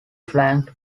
flanked